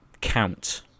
count